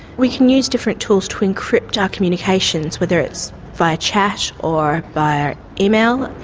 we can use different tools to encrypt our communications, whether it's via chat or via email.